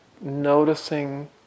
noticing